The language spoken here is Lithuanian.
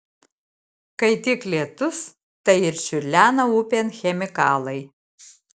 kai tik lietus tai ir čiurlena upėn chemikalai